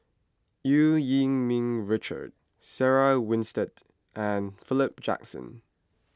Eu Yee Ming Richard Sarah Winstedt and Philip Jackson